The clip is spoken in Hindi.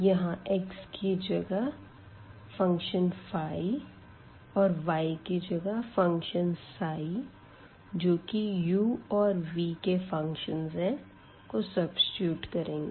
यहाँ x की जगह फंक्शन और yकी जगह फंक्शन जो की uऔर v के फंक्शन है को सब्सीट्यूट करेंगे